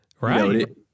Right